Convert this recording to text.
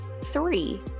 Three